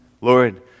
Lord